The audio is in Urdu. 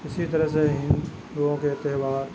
اِسی طرح سے ہندوؤں کے تہوار